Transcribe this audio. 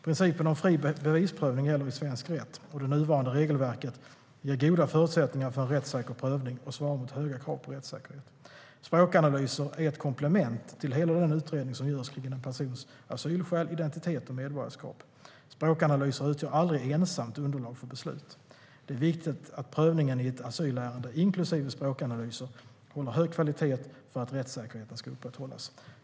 Principen om fri bevisprövning gäller i svensk rätt, och det nuvarande regelverket ger goda förutsättningar för en rättssäker prövning och svarar mot höga krav på rättssäkerhet. Språkanalyser är ett komplement till hela den utredning som görs kring en persons asylskäl, identitet och medborgarskap. Språkanalyser utgör aldrig ensamt underlag för beslut. Det är viktigt att prövningen i ett asylärende, inklusive språkanalyser, håller hög kvalitet för att rättssäkerheten ska upprätthållas.